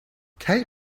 kate